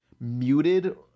muted